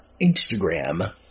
Instagram